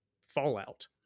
fallout